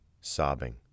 sobbing